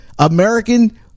American